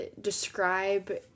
describe